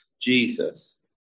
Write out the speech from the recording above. Jesus